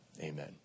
Amen